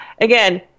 Again